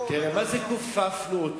מה זה כופפנו אותו?